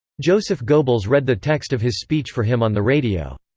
joseph goebbels read the text of his speech for him on the radio.